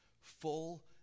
full